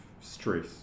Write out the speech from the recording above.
stress